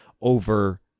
over